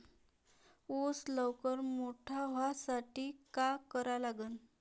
ऊस लवकर मोठा व्हासाठी का करा लागन?